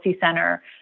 center